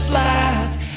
lights